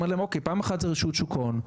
אנחנו אומרים להם: "פעם אחת זה רשות שוק ההון,